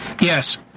yes